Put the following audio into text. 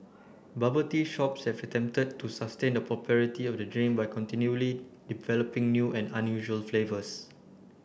bubble tea shops have attempted to sustain the popularity of the drink by continually developing new and unusual flavours